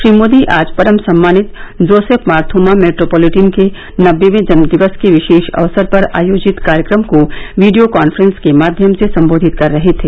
श्री मोदी आज परम सम्मानित जोसेफ मार थोमा मेट्रोपोलिटन के नबेवे जन्मदिवस के विशेष अवसर पर आयोजित कार्यक्रम को वीडियो कॉन्फ्रॅस के माध्यम से संबोधित कर रहे थे